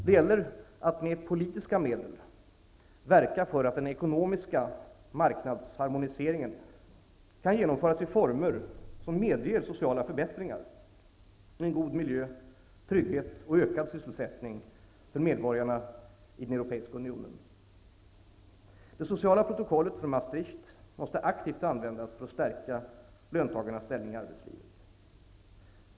Det gäller att med politiska medel verka för att den ekonomiska marknadsharmoniseringen kan genomföras i former som medger sociala förbättringar, en god miljö, trygghet och ökad sysselsättning för medborgarna i den europeiska unionen. Det sociala protokollet från Maastricht måste aktivt användas för att stärka löntagarnas ställning i arbetslivet.